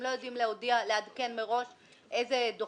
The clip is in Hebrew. הם לא יודעים לעדכן מראש איזה דוחות,